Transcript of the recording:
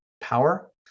power